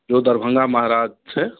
जो दरभंगा महाराज थे